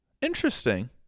Interesting